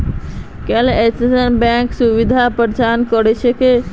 केवल इन्टरनेटेर माध्यम स बैंक सुविधा प्राप्त करवार आसान छेक की